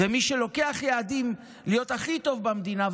ומי שלוקח יעדים להיות הכי טוב במדינה,